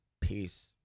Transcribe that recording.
Peace